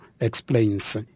explains